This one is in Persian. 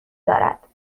دارد